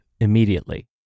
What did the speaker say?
immediately